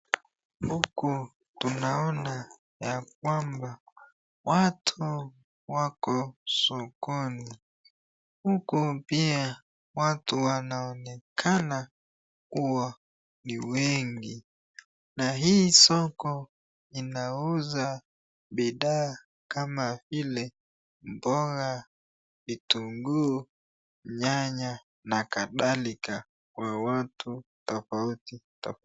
Huku tunaona ya kwamba watu wako sokoni, huku pia watu wanaonekana kuwa ni wengi na hii soko inauza bidhaa kama vile mboga, vitungu, nyanya na kadhalika kwa watu tofauti tofauti.